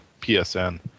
PSN